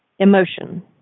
Emotion